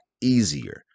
easier